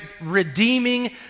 redeeming